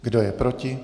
Kdo je proti?